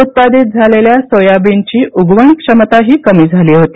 उत्पादीत झालेल्या सोयाबीनची उगवण क्षमताही कमी झाली होती